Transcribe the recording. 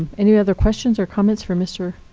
any other questions or comments for mr.